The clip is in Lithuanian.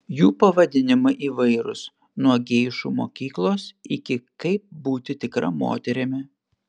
jų pavadinimai įvairūs nuo geišų mokyklos iki kaip būti tikra moterimi